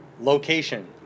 Location